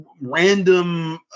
random